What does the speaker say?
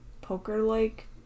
poker-like